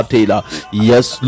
Yes